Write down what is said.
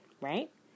Right